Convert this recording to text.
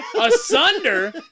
asunder